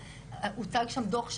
הוצג שם דו"ח,